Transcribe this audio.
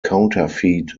counterfeit